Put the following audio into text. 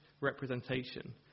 representation